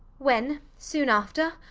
when, soon after,